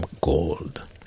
gold